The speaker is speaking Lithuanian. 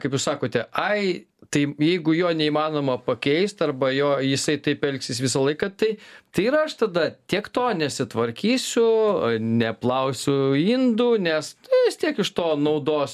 kaip jūs sakote ai tai jeigu jo neįmanoma pakeist arba jo jisai taip elgsis visą laiką tai tai ir aš tada tiek to nesitvarkysiu neplausiu indų nes vis tiek iš to naudos